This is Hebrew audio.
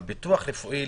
בביטוח רפואי,